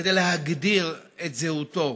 כדי להגדיר את זהותו: